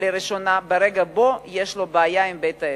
לראשונה ברגע שיש לו בעיה עם בית-העסק.